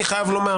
אני חייב לומר